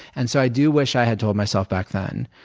and so i do wish i had told myself back then,